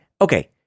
Okay